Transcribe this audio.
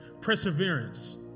perseverance